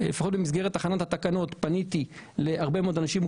לפחות במסגרת הכנת התקנות פניתי להרבה מאוד אנשים עם